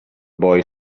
boy